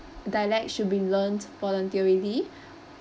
dialect should be learnt voluntarily